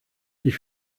die